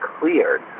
cleared